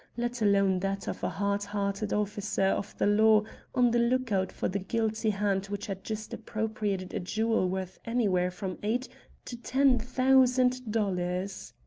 let alone that of a hard-hearted officer of the law on the lookout for the guilty hand which had just appropriated a jewel worth anywhere from eight to ten thousand dollars.